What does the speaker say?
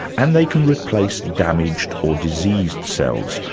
and they can replace damaged or diseased cells,